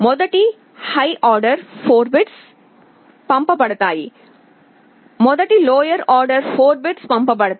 మొదట high order 4 bits పంపబడతాయి మొదట లోయర్ ఆర్డర్ 4 బిట్స్ పంపబడతాయి